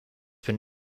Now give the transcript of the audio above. been